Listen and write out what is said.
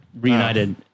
reunited